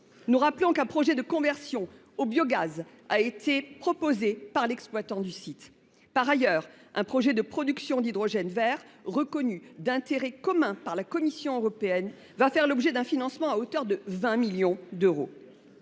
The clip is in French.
À ce titre, un projet de conversion au biogaz a été proposé par l’exploitant du site. Par ailleurs, un projet de production d’hydrogène vert, reconnu d’intérêt commun par la Commission européenne, va faire l’objet d’un financement à hauteur de 20 millions d’euros.